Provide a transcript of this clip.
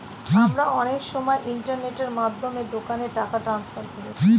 আমরা অনেক সময় ইন্টারনেটের মাধ্যমে দোকানে টাকা ট্রান্সফার করি